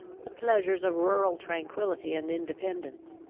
the pleasures of rural tranquillity and independence.